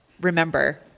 remember